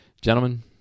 Gentlemen